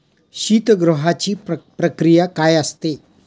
शीतगृहाची प्रक्रिया काय असते?